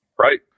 Right